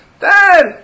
Dad